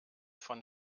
von